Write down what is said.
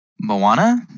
Moana